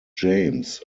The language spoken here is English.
james